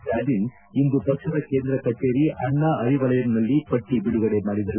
Stalin ಇಂದು ಪಕ್ಷದ ಕೇಂದ್ರ ಕಚೇರಿ ಅಣ್ಣಾ ಅರಿವಲಯಮ್ ನಲ್ಲಿ ಪಟ್ಟ ಬಿಡುಗಡೆ ಮಾಡಿದ್ದಾರೆ